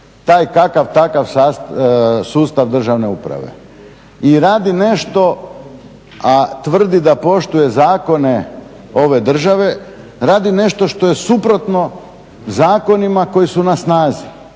taj kakav-takav sustav državne uprave i radi nešto a tvrdi da poštuje zakone ove države, radi nešto što je suprotno zakonima koji su na snazi.